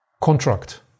contract